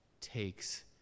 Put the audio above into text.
takes